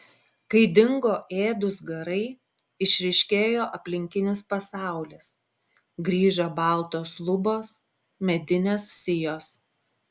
kai dingo ėdūs garai išryškėjo aplinkinis pasaulis grįžo baltos lubos medinės sijos